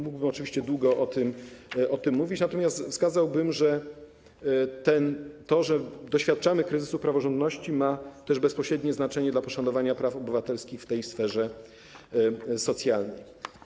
Mógłbym oczywiście długo o tym mówić, natomiast wskazałbym na to, że fakt, iż doświadczamy kryzysu praworządności, ma też bezpośrednie znaczenie dla poszanowania praw obywatelskich w sferze socjalnej.